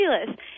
Fabulous